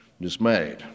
dismayed